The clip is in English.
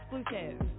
exclusive